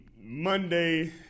Monday